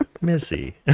Missy